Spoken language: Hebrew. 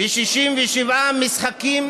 67 משחקים,